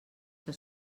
que